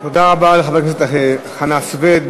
תודה רבה לחבר הכנסת חנא סוייד.